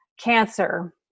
cancer